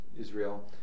Israel